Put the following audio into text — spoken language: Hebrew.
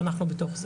ואנחנו בתוך זה.